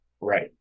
Right